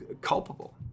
culpable